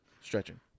Stretching